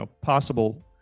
possible